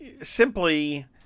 Simply